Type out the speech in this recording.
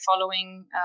following